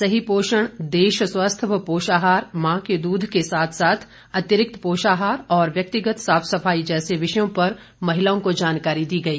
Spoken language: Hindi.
सही पोषण देश स्वस्थ व पोषाहार मां के दूध के साथ साथ अतिरिक्त पोषाहार और व्यक्तिगत साफ सफाई जैसे विषयों पर जानकारी दी गई